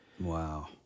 wow